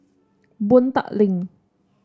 Boon Tat Link